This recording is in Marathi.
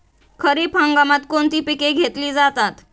खरीप हंगामात कोणती पिके घेतली जातात?